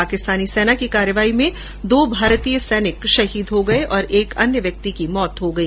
पाकिस्तानी सेना की कार्रवाई में दो भारतीय सैनिक शहीद हो गए और एक अन्य व्यक्ति की मौत हो गई